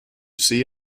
see